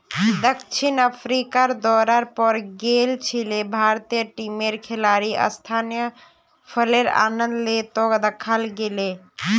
दक्षिण अफ्रीकार दौरार पर गेल छिले भारतीय टीमेर खिलाड़ी स्थानीय फलेर आनंद ले त दखाल गेले